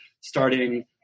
starting